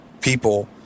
people